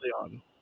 on